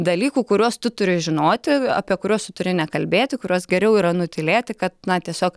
dalykų kuriuos tu turi žinoti apie kuriuos tu turi nekalbėti kuriuos geriau yra nutylėti kad na tiesiog